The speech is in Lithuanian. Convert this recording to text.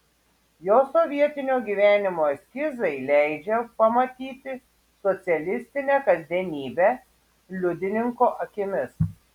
jo sovietinio gyvenimo eskizai leidžia pamatyti socialistinę kasdienybę liudininko akimis